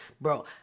bro